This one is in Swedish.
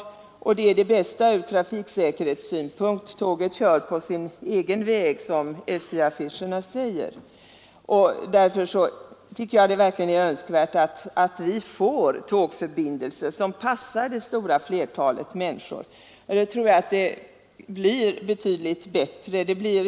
Tåget är vidare det bästa fortskaffningsmedlet ur trafiksäkerhetssynpunkt — tåget kör ju på sin egen väg, som SJ-affischerna säger. Därför tycker jag det är verkligt önskvärt att vi får tågförbindelser som passar det stora flertalet människor. Därigenom kan vi få ett ökat tågresande med allt det positiva det innebär.